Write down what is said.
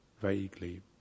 vaguely